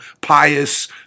pious